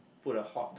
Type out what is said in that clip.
put a halt